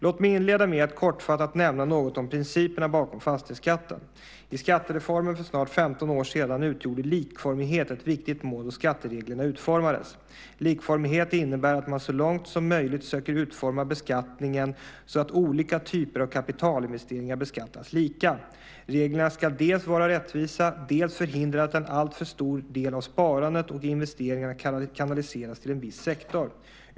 Låt mig inleda med att kortfattat nämna något om principerna bakom fastighetsskatten. I skattereformen för snart 15 år sedan utgjorde likformighet ett viktigt mål då skattereglerna utformades. Likformighet innebär att man så långt som möjligt söker utforma beskattningen så att olika typer av kapitalinvesteringar beskattas lika. Reglerna ska dels vara rättvisa, dels förhindra att en alltför stor del av sparandet och investeringarna kanaliseras till en viss sektor.